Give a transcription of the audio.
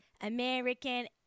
American